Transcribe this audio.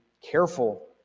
careful